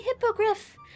hippogriff